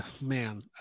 man